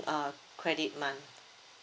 uh credit month